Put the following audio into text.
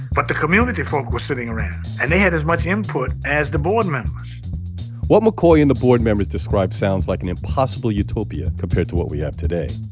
but the community folk was sitting around, and they had as much input as the board members what mccoy and the board members describe sounds like an impossible utopia compared to what we have today.